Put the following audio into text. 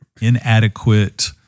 inadequate